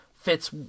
fits